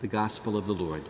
the gospel of the lord